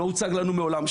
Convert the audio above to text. שלא הוצג לנו מעולם.